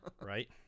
Right